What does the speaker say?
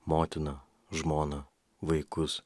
motiną žmoną vaikus